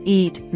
eat